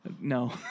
No